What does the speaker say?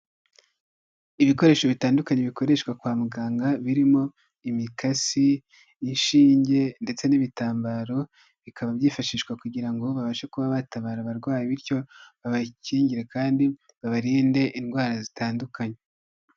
Ibikoresho bitandukanye bikoreshwa kwa muganga, birimo imikasi y'inshinge ndetse n'ibitambaro bikaba byifashishwa kugira ngo babashe kuba batabara abarwayi bityo babakingire kandi babarinde indwara zitandukanye.